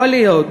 יכול להיות.